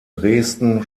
dresden